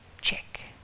Check